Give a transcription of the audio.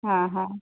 હાં હાં